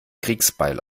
kriegsbeil